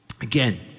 Again